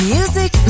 Music